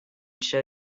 show